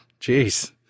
Jeez